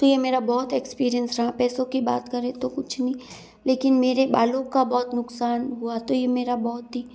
तो यह मेरा बहुत एक्सपीरियंस रहा पैसों की बात करें तो कुछ नहीं लेकिन मेरे बालों का बहुत नुकसान हुआ तो यह मेरा बहोत ही